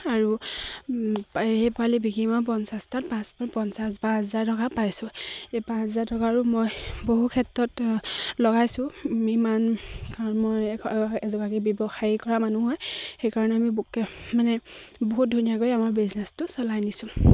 আৰু সেই পোৱালি বিক্ৰী মই পঞ্চাছটাত পাঁচ পঞ্চাছ পাঁচ হাজাৰ টকা পাইছোঁ এই পাঁচ হাজাৰ টকাৰো মই বহু ক্ষেত্ৰত লগাইছোঁ ইমান কাৰণ মই এগৰাকী ব্যৱসায়ী কৰা মানুহ হয় সেইকাৰণে আমি মানে বহুত ধুনীয়াকৈ আমাৰ বিজনেছটো চলাই নিছোঁ